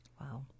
Wow